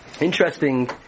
interesting